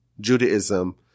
Judaism